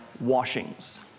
washings